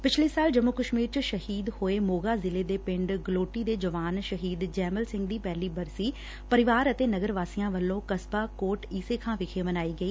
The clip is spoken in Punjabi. ਪਿਛਲੇ ਸਾਲ ਜੰਮੁ ਕਸ਼ਮੀਰ 'ਚ ਸ਼ਹੀਦ ਹੋਏ ਮੋਗਾ ਜ਼ਿਲੇ ਦੇ ਪਿੰਡ ਗਲੋਟੀ ਦੇ ਜਵਾਨ ਸ਼ਹੀਦ ਜੈਮਲ ਸਿੰਘ ਦੀ ਪਹਿਲੀ ਬਰਸੀ ਪਰਿਵਾਰ ਅਤੇ ਨਗਰ ਵਾਸੀਆ ਵੱਲੋ ਕਸਬਾ ਕੋਟ ਈਸੇ ਖਾਂ ਵਿਖੇ ਮਨਾਈ ਗਈ